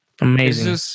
amazing